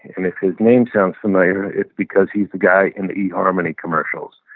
and if his name sounds familiar, it's because he's the guy in the eharmony commercials.